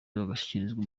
bagashyikirizwa